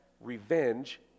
revenge